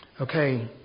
Okay